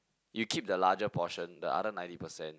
you keep the larger portion the other ninety percent